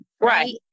right